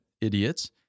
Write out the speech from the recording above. Idiots